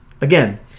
again